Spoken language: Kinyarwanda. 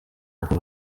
mboga